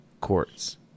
Courts